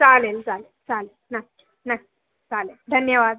चालेल चाले चाले ना नाही चालेल धन्यवाद